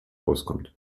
auskommt